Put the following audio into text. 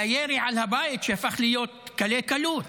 מירי על הבית, שהפך להיות קלי קלות.